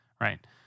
right